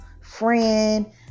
friend